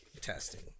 testing